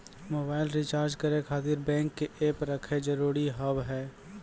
Mobile recharge करे खातिर bank के ऐप रखे जरूरी हाव है?